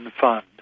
fund